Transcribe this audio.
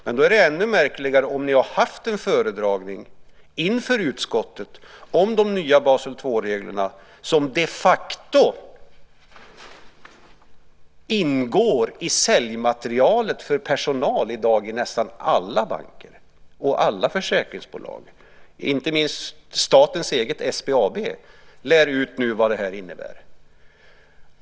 Men detta är ju ännu märkligare om ni har haft en föredragning inför utskottet om de nya Basel 2-reglerna, som de facto ingår i säljmaterialet för personal i dag i nästan alla banker och försäkringsbolag. Inte minst statens eget SBAB lär ut vad det här innebär.